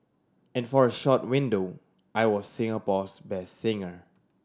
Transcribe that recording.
and for a short window I was Singapore's best singer